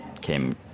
came